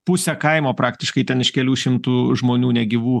pusė kaimo praktiškai ten iš kelių šimtų žmonių negyvų